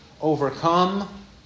overcome